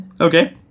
Okay